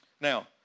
Now